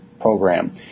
program